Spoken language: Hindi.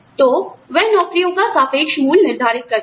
तो वह नौकरियों का सापेक्ष मूल्य निर्धारित करता है